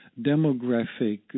demographic